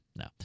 no